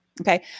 okay